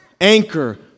anchor